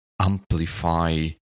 amplify